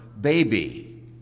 baby